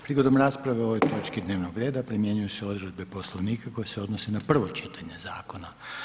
Prigodom rasprave o ovoj točki dnevnoga reda primjenjuju se odredbe Poslovnika koje se odnose na prvi čitanje zakona.